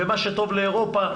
ומה שטוב לאירופה,